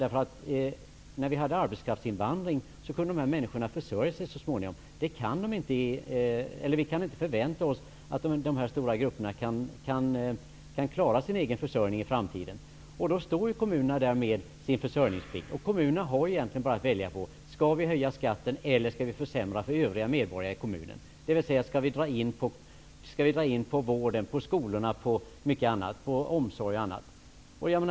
När vi hade arbetskraftsinvandring kunde de här människorna så småningom försörja sig. Men vi kan inte förvänta oss att de här stora grupperna skall klara sin egen försörjning i framtiden. Då står kommunerna där med sin försörjningsplikt, och kommunerna kan egentligen bara välja mellan att höja skatten och att försämra villkoren för övriga medborgare i kommunen, dvs. att dra in på vård, på skolor, på omsorg och annat.